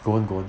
滚滚